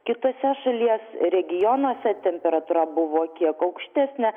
kitose šalies regionuose temperatūra buvo kiek aukštesnė